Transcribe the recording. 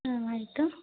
ಹ್ಞ್ ಆಯಿತು